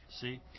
See